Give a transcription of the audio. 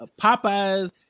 Popeyes